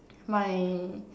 my